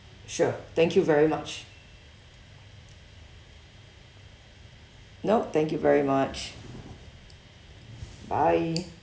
sure thank you very much nope thank you very much bye